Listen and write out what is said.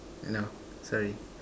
no sorry